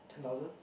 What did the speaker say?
ten thousand